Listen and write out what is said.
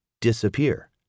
disappear